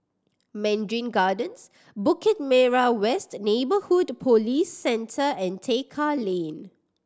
Mandarin Gardens Bukit Merah West Neighbourhood Police Centre and Tekka Lane